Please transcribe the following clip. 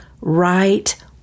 right